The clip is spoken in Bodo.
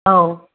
औ